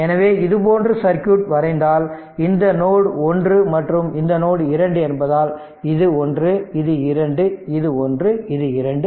எனவே இதுபோன்று சர்க்யூட் வரைந்தால் இந்த நோடு 1 மற்றும் இந்த நோடு 2 என்பதால் இது 1 இது 2 இது 1 இது 2